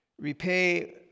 repay